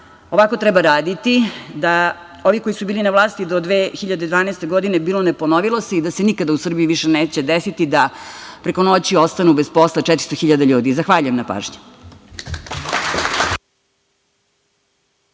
ovako treba raditi, da ovi koji su bili na vlasti do 2012. godine – bilo, ne ponovilo se i da se nikada u Srbiji više neće desiti da preko noći ostanu bez posla 400 hiljada ljudi. Zahvaljujem na pažnji.